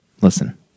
Listen